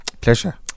Pleasure